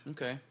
Okay